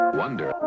wonder